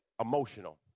emotional